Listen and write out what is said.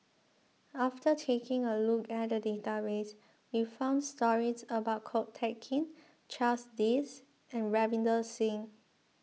after taking a look at the database we found stories about Ko Teck Kin Charles Dyce and Ravinder Singh